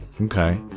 okay